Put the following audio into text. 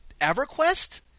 EverQuest